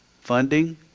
funding